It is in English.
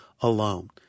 alone